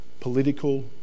political